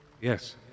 Yes